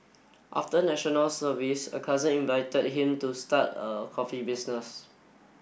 after National Service a cousin invited him to start a coffee business